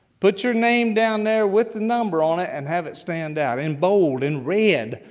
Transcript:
put your name down there with the number on it and have it stand out, in bold, in red,